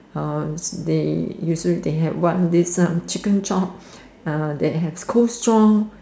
they usually they have what this chicken chop they have Coleslaw